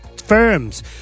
firms